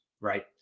Right